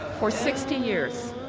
for sixty years,